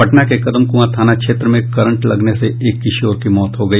पटना के कदमकुआं थाना क्षेत्र में करंट लगने से एक किशोर की मौत हो गई